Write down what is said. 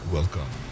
Welcome